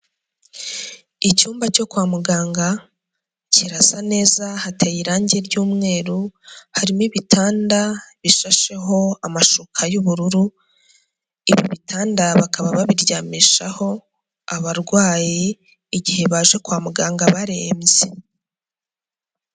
Icyumba cyo kwa muganga kirasa neza hateye irangi ry'umweru, harimo ibitanda bishasheho amashuka y'ubururu, ibi bitanda bakaba babiryamishaho abarwayi igihe baje kwa muganga barembye.